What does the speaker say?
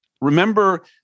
Remember